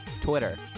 Twitter